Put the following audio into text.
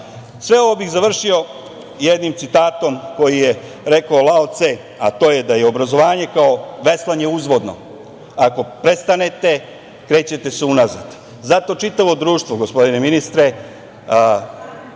ovo bih završio jednim citatom koji je rekao Lao Ce, a to je da je obrazovanje, kao veslanje, uzvodno, ako prestanete krećete se unazad. Zato čitavo društvo, gospodine ministre,